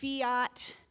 fiat